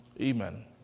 Amen